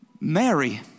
Mary